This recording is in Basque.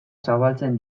zabaltzen